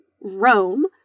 Rome